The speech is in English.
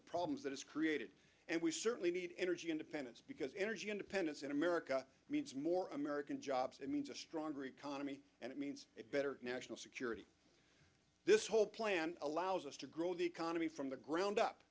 the problems that it's created and we certainly need energy independence because energy independence in america means more american jobs it means a stronger economy and it means it better national security this whole plan allows us to grow the economy from the ground up